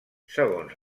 segons